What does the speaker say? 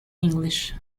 english